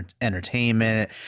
entertainment